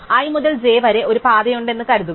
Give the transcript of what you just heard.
i മുതൽ j വരെ ഒരു പാതയുണ്ട് എന്നു കരുതുക